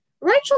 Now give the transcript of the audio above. Rachel